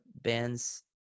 bands